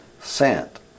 sent